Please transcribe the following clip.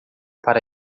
para